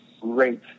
great